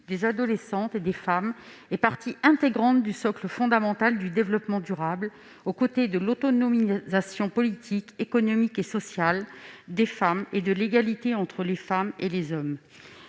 des adolescentes et des femmes fait partie intégrante du socle fondamental du développement durable, aux côtés de l'autonomisation politique, économique et sociale des femmes et de l'égalité entre les femmes et les hommes.